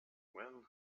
well